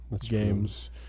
games